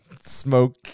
smoke